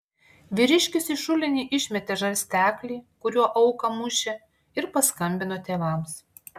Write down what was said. vyriškis į šulinį išmetė žarsteklį kuriuo auką mušė ir paskambino tėvams